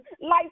Life